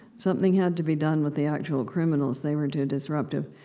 something had to be done with the actual criminals. they were too disruptive.